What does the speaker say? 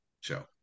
show